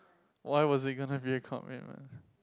why was it gonna be a commitment